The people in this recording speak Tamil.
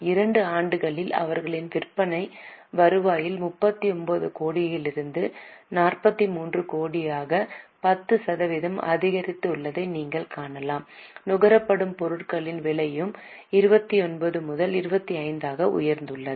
இரண்டு ஆண்டுகளில் அவர்களின் விற்பனை வருவாயில் 39 கோடியிலிருந்து 43 கோடியாக 10 சதவீதம் அதிகரித்துள்ளதை நீங்கள் காணலாம் நுகரப்படும் பொருட்களின் விலையும் 21 முதல் 25 ஆக உயர்ந்துள்ளது